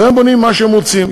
והם בונים מה שהם רוצים.